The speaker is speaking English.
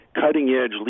cutting-edge